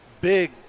big